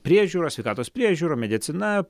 priežiūros sveikatos priežiūra medicina